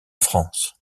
france